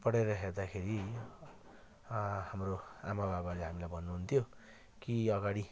पढेर हेर्दाखेरि हाम्रो आमाबाबाले हामीलाई भन्नुहुन्थ्यो कि अगाडि